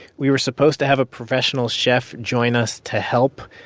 we were supposed to have a professional chef join us to help,